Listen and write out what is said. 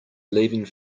leaving